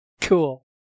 Cool